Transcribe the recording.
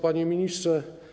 Panie Ministrze!